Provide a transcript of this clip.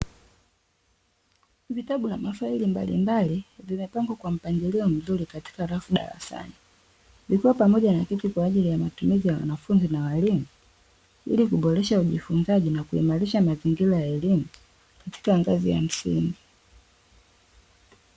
Vitabu na mafaili mbalimbali vimepangwa kwa mpangilio mzuri katika rafu darasani, vikiwa pamoja na viti, kwa ajili ya matumizi ya wanafunzi na walimu, ili kuboresha ujifunzaji na kuimarisha mazingira elimu katika ngazi ya msingi.